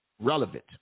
Relevant